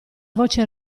voce